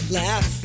laugh